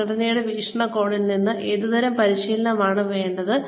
സംഘടനയുടെ വീക്ഷണകോണിൽ നിന്ന് ഏതുതരം പരിശീലനമാണ് വേണ്ടത്